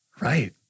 Right